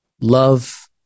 love